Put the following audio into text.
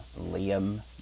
Liam